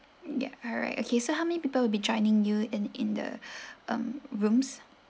ya alright okay so how many people will be joining you in in the um rooms